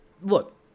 Look